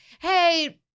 hey